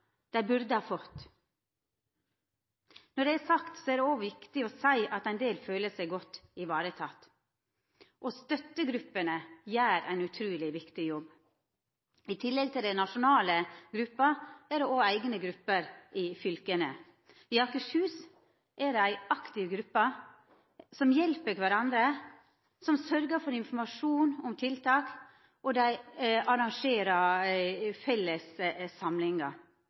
dei burde ha fått. Når det er sagt, er det òg viktig å seia at ein del føler seg godt tatt vare på. Støttegruppene gjer ein utruleg viktig jobb. I tillegg til den nasjonale gruppa er det òg eigne grupper i fylka. I Akershus er det ei aktiv gruppe som hjelper kvarandre, som sørgjer for informasjon om tiltak, og dei arrangerer felles